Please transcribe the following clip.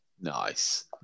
Nice